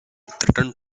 threaten